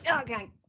Okay